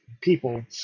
people